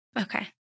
Okay